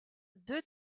deux